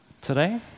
today